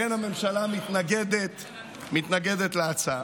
לכן הממשלה מתנגדת להצעה.